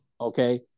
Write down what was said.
Okay